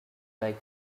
like